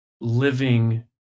living